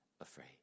afraid